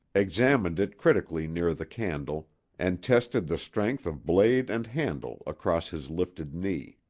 examined it critically near the candle and tested the strength of blade and handle across his lifted knee.